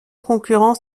concurrents